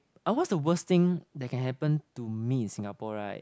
ah what's the worst thing that can happen to me in Singapore right